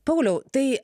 pauliau tai